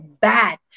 bad